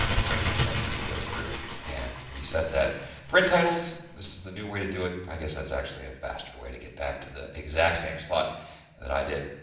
certainly no need to go through and reset that print titles. this is the new way to do it. i guess that's actually a faster way to get back to the exact same spot that i did.